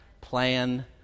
Plan